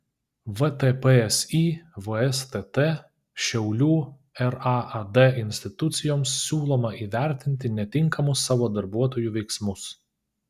vtpsi vstt šiaulių raad institucijoms siūloma įvertinti netinkamus savo darbuotojų veiksmus